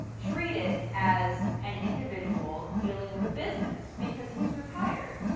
treat it as an individual dealing with a business. because he's retired.